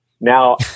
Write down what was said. Now